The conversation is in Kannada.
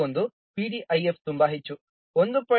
91 PDIF ತುಂಬಾ ಹೆಚ್ಚು 1